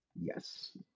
Yes